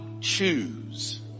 choose